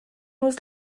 was